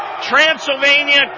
Transylvania